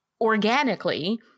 organically